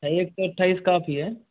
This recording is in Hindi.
छ एक सौ अठाईस काफ़ी है